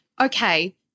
okay